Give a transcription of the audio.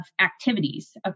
activities